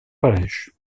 pareix